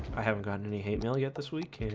i haven't gotten any hate mail yet this week